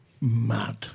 mad